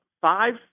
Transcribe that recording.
five